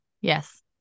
yes